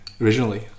originally